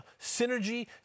synergy